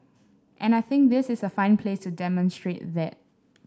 and I think this is a fine place to demonstrate that